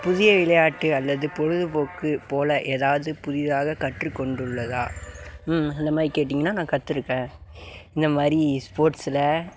புதிய விளையாட்டு அல்லது பொழுதுபோக்கு போல் ஏதாவது புதிதாகக் கற்றுக்கொண்டுள்ளதா ம் அந்த மாதிரி கேட்டிங்கன்னா நான் கற்றுருக்கேன் இந்த மாதிரி ஸ்போர்ட்ஸில்